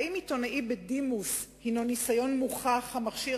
האם עיתונאי בדימוס הינו בעל ניסיון מוכח המכשירו